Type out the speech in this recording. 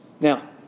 Now